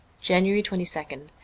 january twenty second